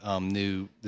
new